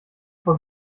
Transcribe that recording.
vor